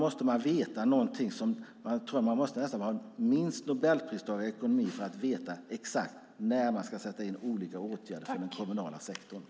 Men jag tror att man nästan måste vara minst Nobelpristagare i ekonomi för att veta exakt när man ska sätta in olika åtgärder för den kommunala sektorn.